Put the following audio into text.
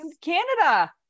Canada